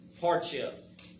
hardship